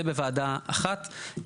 זה בוועדה אחת.